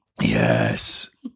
Yes